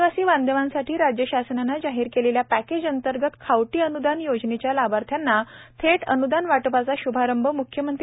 आदिवासी बांधवांसाठी राज्य शासनाने जाहीर केलेल्या पॅकेजअंतर्गत खावटी अनुदान योजनेच्या लाभार्थ्यांना थेट अन्दान वाटपाचा श्भारंभ म्ख्यमंत्री